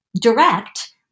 direct